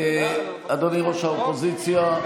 אדוני ראש האופוזיציה,